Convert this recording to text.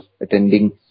attending